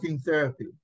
therapy